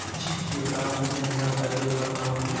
छिरकाव मशिन हमरा खरीदे के बा कहवा मिली?